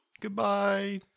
Goodbye